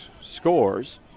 scores